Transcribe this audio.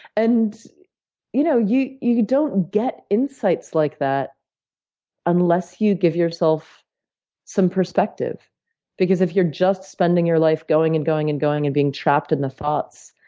and you know you you don't get insights like that unless you give yourself some perspective because, if you're just spending your life going and going and going and being trapped in the thoughts